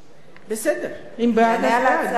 יענה על ההצעה סגן שר הבריאות יעקב ליצמן,